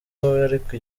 ariko